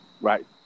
Right